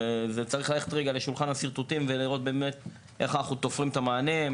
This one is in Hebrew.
צריך ללכת לשולחן השרטוטים ולראות איך אנחנו תופרים את המענה,